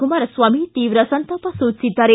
ಕುಮಾರಸ್ವಾಮಿ ತೀವ್ರ ಸಂತಾಪ ಸೂಚಿಸಿದ್ದಾರೆ